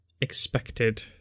expected